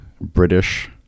British